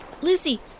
Lucy